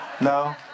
no